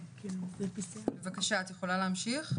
בבקשה, את יכולה להמשיך?